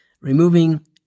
Removing